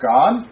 God